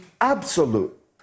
absolute